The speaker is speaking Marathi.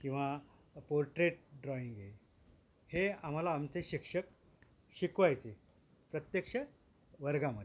किंवा पोर्ट्रेट ड्रॉईंग आहे हे आम्हाला आमचे शिक्षक शिकवायचे प्रत्यक्ष वर्गामध्ये